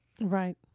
Right